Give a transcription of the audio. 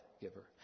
giver